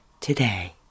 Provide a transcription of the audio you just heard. today